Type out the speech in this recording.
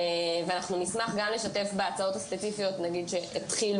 ואנחנו נשמח גם לשתף בהצעות הספציפיות שהתחילו.